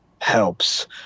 helps